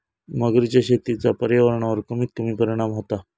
मगरीच्या शेतीचा पर्यावरणावर कमीत कमी परिणाम होता